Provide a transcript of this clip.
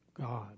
God